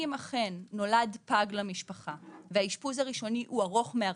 אם אכן נולד פג למשפחה והאשפוז הראשוני הוא ארוך מהרגיל,